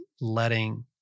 letting